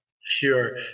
Sure